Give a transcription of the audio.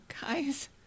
Guys